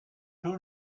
two